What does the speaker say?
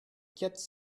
quatre